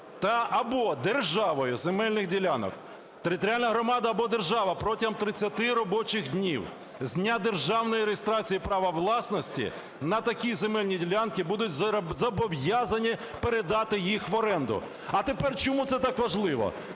та/або державою земельних ділянок. Територіальна громада або держава протягом 30 робочих днів з дня державної реєстрації права власності на такі земельні ділянки будуть зобов'язана передати їх в оренду. А тепер чому це так важливо?